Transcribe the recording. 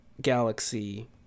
Galaxy